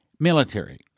Military